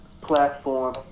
platform